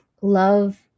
love